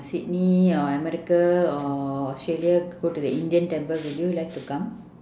sydney or america or australia go to the indian temple would you like to come